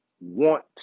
want